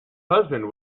husband